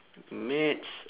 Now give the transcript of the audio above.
maths